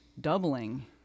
doubling